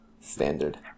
standard